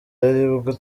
aribwo